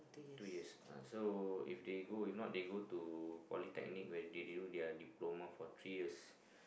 two years uh so if they go in not they go to polytechnic where they do their diploma for three years